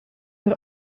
per